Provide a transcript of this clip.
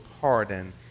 pardon